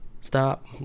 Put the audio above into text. stop